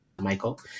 Michael